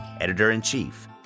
Editor-in-Chief